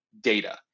data